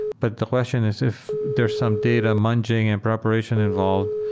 but the question is if there's some data munging and preparation involved.